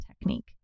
technique